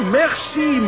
merci